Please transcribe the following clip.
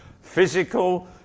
physical